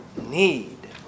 need